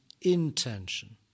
intention